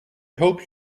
hope